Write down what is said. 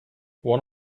one